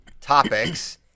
topics